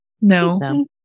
no